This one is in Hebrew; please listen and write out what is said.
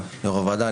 יו"ר הוועדה,